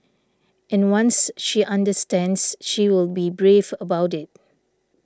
and once she understands she will be brave about it